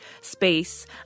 space